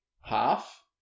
half